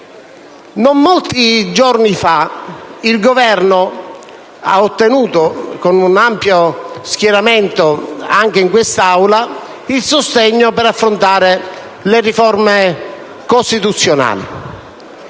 Non molti giorni fa il Governo ha ottenuto, da un ampio schieramento anche in quest'Aula, il sostegno per affrontare le riforme costituzionali